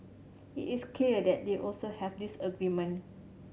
it is clear that they also have disagreement